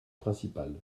principales